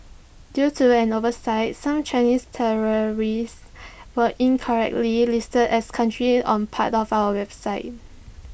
due to an oversight some Chinese territories were incorrectly listed as countries on parts of our website